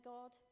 God